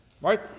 right